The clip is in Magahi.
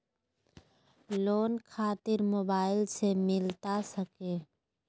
लोन खातिर मोबाइल से मिलता सके?